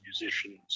musicians